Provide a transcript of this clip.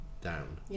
down